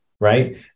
Right